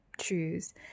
choose